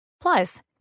Plus